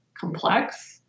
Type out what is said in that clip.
complex